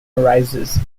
arises